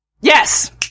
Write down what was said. Yes